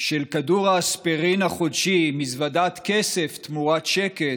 של כדור האספירין החודשי, מזוודת כסף תמורת שקט,